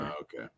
okay